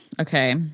okay